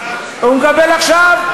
הוא מקבל עכשיו.